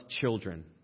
children